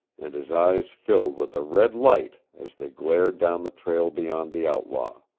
and his eyes filled with a red light as they glared down the trail beyond the outlaw.